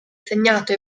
segnato